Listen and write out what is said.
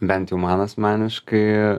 bent jau man asmeniškai